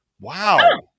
Wow